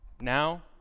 now